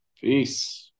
Peace